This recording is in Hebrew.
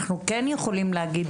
אנחנו כן יכולים להגיד